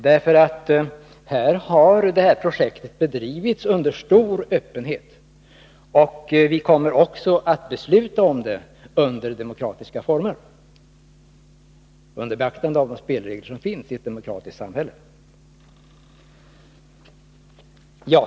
Det här projektet har nämligen drivits under mycket stor öppenhet, och vi kommer också att fatta beslutet under demokratiska former — med beaktande av de spelregler som finns i ett demokratiskt samhälle.